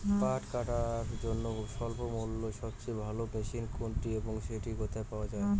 পাট কাটার জন্য স্বল্পমূল্যে সবচেয়ে ভালো মেশিন কোনটি এবং সেটি কোথায় পাওয়া য়ায়?